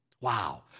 Wow